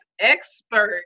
expert